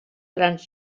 grans